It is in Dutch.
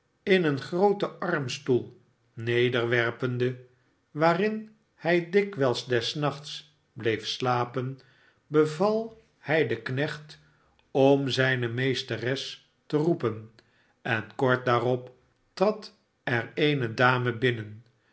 in een grooten armstoel neerwerpende waarin hii dikwiils des nachts bleef slapen beval hij den knecht om zijne mss te roepen en kort daarop trad er eene dame binnen eetm